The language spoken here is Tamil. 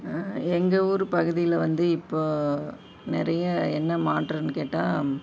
எங்கள் ஊர் பகுதியில் வந்து இப்போது நிறைய என்ன மாற்றம்னு கேட்டால்